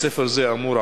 בית-ספר זה אמור,